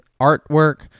artwork